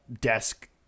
desk